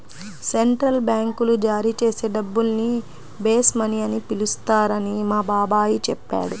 central బ్యాంకులు జారీ చేసే డబ్బుల్ని బేస్ మనీ అని పిలుస్తారని మా బాబాయి చెప్పాడు